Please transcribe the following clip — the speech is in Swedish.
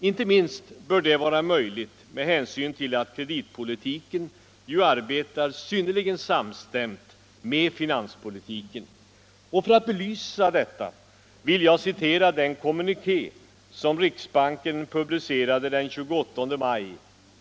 Inte minst bör detta vara möjligt med hänsyn till att kreditpolitiken ju arbetar synnerligen samstämt med finanspolitiken. För att belysa detta, vill jag citera den kommuniké som riksbanken publicerade den 22 maj.